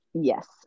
Yes